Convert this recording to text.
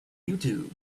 youtube